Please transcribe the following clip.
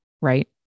right